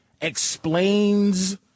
explains